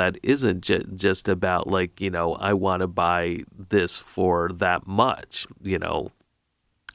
that isn't just about like you know i want to buy this for that much you know